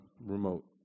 remote